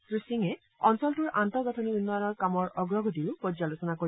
শ্ৰী সিঙে অঞ্চলটোৰ আন্তঃগাঠনি উন্নয়নৰ কামৰ অগ্ৰগতিৰো পৰ্যালোচনা কৰিব